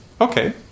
okay